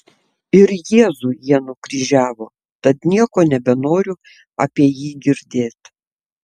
ir jėzų jie nukryžiavo tad nieko nebenoriu apie jį girdėt